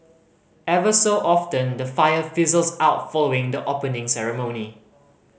ever so often the fire fizzles out following the Opening Ceremony